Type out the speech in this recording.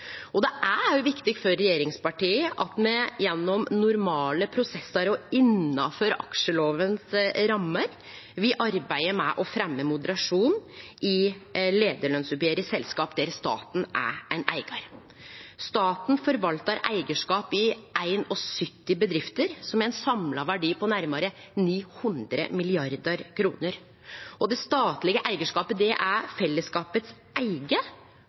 Det er òg viktig for regjeringspartia at me gjennom normale prosessar og innanfor rammene til aksjelova vil arbeide med å fremje moderasjon i leiarlønsoppgjer i selskap der staten er ein eigar. Staten forvaltar eigarskapet i 71 bedrifter som har ein samla verdi på nærmare 900 mrd. kr. Det statlege eigarskapet er fellesskapets eige,